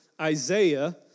Isaiah